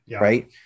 right